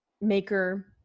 maker